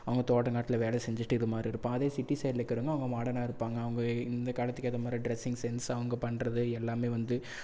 அவன் தோட்டங்காட்டில் வேலை செஞ்சுட்டு இது மாதிரி இருப்பான் அதே சிட்டி சைடில் இருக்கிறவங்க அவங்க மாடனாக இருப்பாங்க அவங்க இந்த காலத்துக்கு ஏற்ற மாதிரி ட்ரெஸ்ஸிங் சென்ஸ் அவங்க பண்ணுறது எல்லாமே வந்து